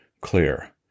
clear